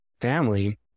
family